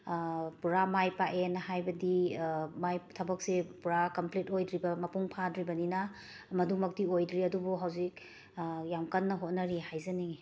ꯄꯨꯔꯥ ꯃꯥꯏ ꯄꯥꯛꯑꯦꯅ ꯍꯥꯏꯕꯗꯤ ꯃꯥꯏ ꯊꯕꯛꯁꯦ ꯄꯨꯔꯥ ꯀꯝꯄ꯭ꯂꯤꯠ ꯑꯣꯏꯗ꯭ꯔꯤꯕ ꯃꯄꯨꯡ ꯐꯥꯗ꯭ꯔꯤꯕꯅꯤꯅ ꯃꯗꯨꯃꯛꯇꯤ ꯑꯣꯏꯗ꯭ꯔꯤ ꯑꯗꯨꯕꯨ ꯍꯧꯖꯤꯛ ꯌꯥꯝꯅ ꯀꯟꯅ ꯍꯣꯠꯅꯔꯤ ꯍꯥꯏꯖꯅꯤꯡꯏ